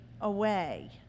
away